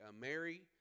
Mary